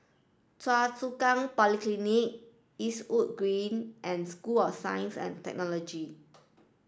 Choa Chu Kang Polyclinic Eastwood Green and School of Science and Technology